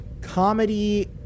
comedy